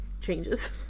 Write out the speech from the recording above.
changes